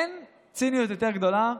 אין ציניות יותר גדולה,